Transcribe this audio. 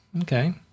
Okay